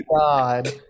God